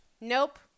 Nope